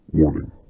Warning